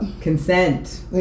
consent